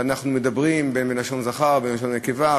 ואנחנו מדברים בלשון זכר ובלשון נקבה,